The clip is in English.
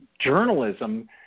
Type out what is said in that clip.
journalism